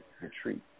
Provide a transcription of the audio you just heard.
retreat